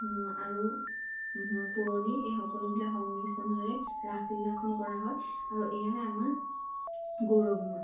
আৰু পুৰণি এই সকলোবিলাক সংমিশ্ৰণৰে ৰাসলীলাখন কৰা হয় আৰু এয়াই আমাৰ গৌৰৱ হয়